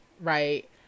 right